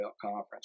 Conference